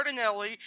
cardinelli